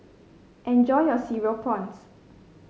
enjoy your Cereal Prawns